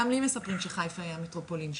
גם לי מספרים שחיפה היא המטרופולין שלי.